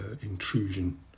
intrusion